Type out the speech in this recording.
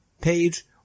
page